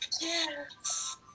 Yes